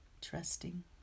trusting